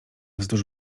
wzdłuż